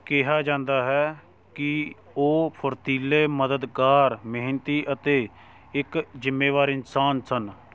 ਕਿਹਾ ਜਾਂਦਾ ਹੈ ਕਿ ਉਹ ਫੁਰਤੀਲੇ ਮਦਦਗਾਰ ਮਿਹਨਤੀ ਅਤੇ ਇੱਕ ਜ਼ਿੰਮੇਵਾਰ ਇਨਸਾਨ ਸਨ